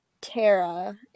Tara